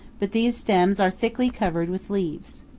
but these stems are thickly covered with leaves.